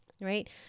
right